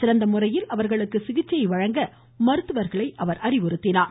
சிறந்த முறையில் அவர்களுக்கு சிகிச்சை வழங்க மருத்துவர்களை அவர் அறிவுறுத்தினார்